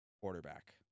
quarterback